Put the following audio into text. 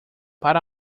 para